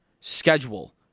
schedule